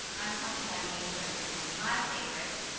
i'm talking about engagement which is one of my favorites.